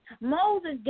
Moses